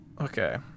Okay